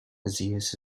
zeus